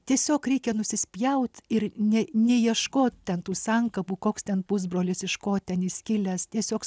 tiesiog reikia nusispjaut ir ne neieškot ten tų sankabų koks ten pusbrolis iš ko ten jis kilęs tiesiog